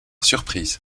surprise